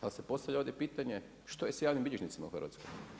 Ali se postavlja ovdje pitanje što je s javnim bilježnicima u Hrvatskoj?